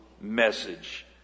message